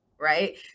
right